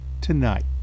Tonight